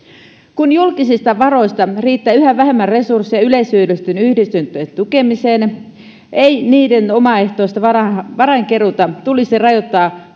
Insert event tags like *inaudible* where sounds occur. kun julkisista varoista riittää yhä vähemmän resursseja yleishyödyllisten yhdistysten tukemiseen ei niiden omaehtoista varainkeruuta varainkeruuta tulisi rajoittaa *unintelligible*